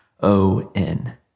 O-N